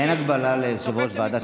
אין הגבלה ליושב-ראש ועדה שמסכם.